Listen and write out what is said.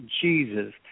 Jesus